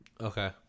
Okay